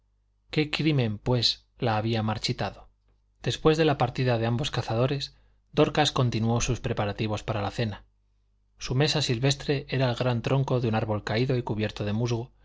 qué crimen pues la había marchitado después de la partida de ambos cazadores dorcas continuó sus preparativos para la cena su mesa silvestre era el gran tronco de un árbol caído y cubierto de musgo